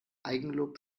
eigenlob